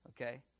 Okay